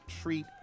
treat